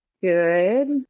Good